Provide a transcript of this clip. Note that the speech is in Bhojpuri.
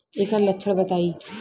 एकर लक्षण बताई?